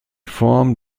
form